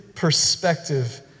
perspective